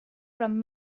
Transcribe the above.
from